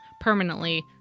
permanently